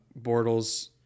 Bortles –